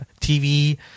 TV